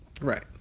Right